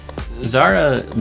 Zara